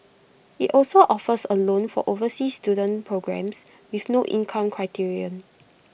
IT also offers A loan for overseas student programmes with no income criterion